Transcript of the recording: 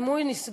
אם הוא נסגר,